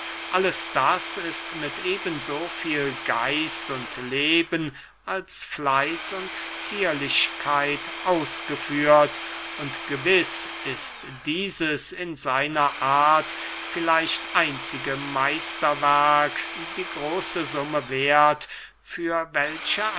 alles das ist mit eben so viel geist und leben als fleiß und zierlichkeit ausgeführt und gewiß ist dieses in seiner art vielleicht einzige meisterwerk die große summe werth für welche